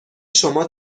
شما